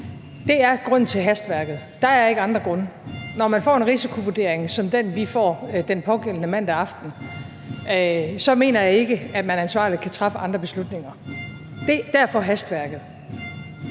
Det er grunden til hastværket. Der er ikke andre grunde. Når man får en risikovurdering som den, vi får den pågældende mandag aften, så mener jeg ikke, at man ansvarligt kan træffe andre beslutninger. Derfor hastværket.